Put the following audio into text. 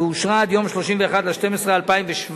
ואושרה עד יום 31 בדצמבר 2017,